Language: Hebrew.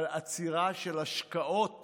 על עצירה של השקעות